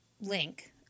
link